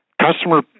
Customer